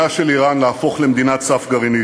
של איראן להפוך למדינת סף גרעינית.